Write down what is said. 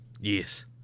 Yes